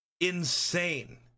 insane